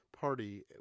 party